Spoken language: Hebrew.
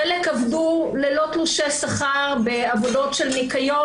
חלק עבדו ללא תלושי שכר בעבודות ניקיון